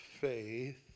faith